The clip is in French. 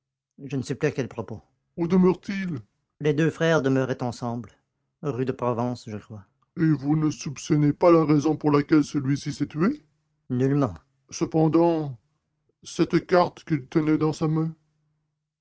je ne sais plus à quel propos où demeure-t-il les deux frères demeuraient ensemble rue de provence je crois et vous ne soupçonnez pas la raison pour laquelle celui-ci s'est tué nullement cependant cette carte qu'il tenait dans sa main